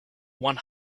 one